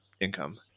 income